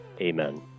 Amen